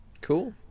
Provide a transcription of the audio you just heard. cool